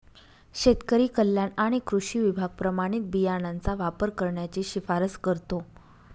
शेतकरी कल्याण आणि कृषी विभाग प्रमाणित बियाणांचा वापर करण्याची शिफारस करतो